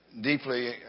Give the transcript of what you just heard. deeply